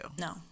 No